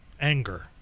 anger